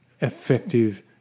effective